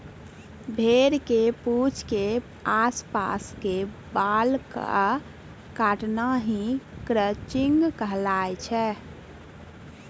भेड़ के पूंछ के आस पास के बाल कॅ काटना हीं क्रचिंग कहलाय छै